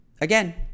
Again